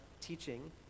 teaching